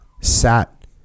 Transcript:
sat